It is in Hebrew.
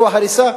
זרוע ההריסה,